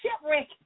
shipwreck